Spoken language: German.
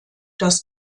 das